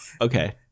okay